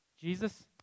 jesus